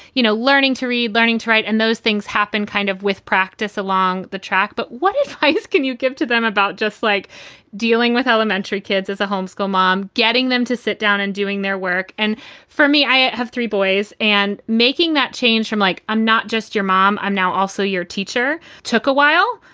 you know, learning to read, learning to write. and those things happen kind of with practice along the track. but what if i just can you give to them about just like dealing with elementary kids as a home school mom, getting them to sit down and doing their work. and for me, i have three boys and making that change from like i'm not just your mom. i'm now also your teacher took a while,